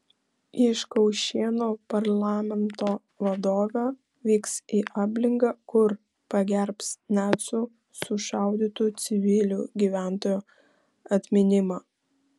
iš kaušėnų parlamento vadovė vyks į ablingą kur pagerbs nacių sušaudytų civilių gyventojų atminimą